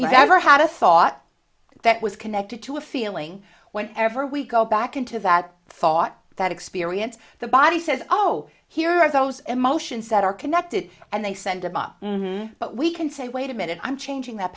we've ever had a thought that was connected to a feeling when ever we go back into that thought that experience the body says oh here is those emotions that are connected and they send them up but we can say wait a minute i'm changing that